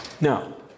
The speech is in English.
Now